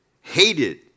hated